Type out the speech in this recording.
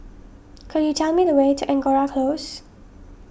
could you tell me the way to Angora Close